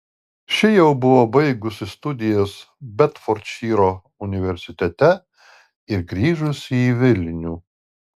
ši jau buvo baigusi studijas bedfordšyro universitete ir grįžusi į vilnių